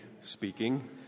speaking